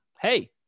hey